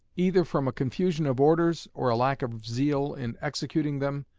either from a confusion of orders or a lack of zeal in executing them,